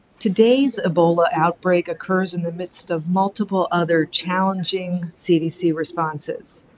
today's ebola outbreak occurs in the midst of multiple other challenging cdc responses.